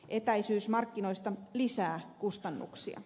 etäisyys markkinoista lisää kustannuksia